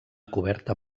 coberta